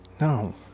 No